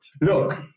Look